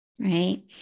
right